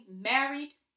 married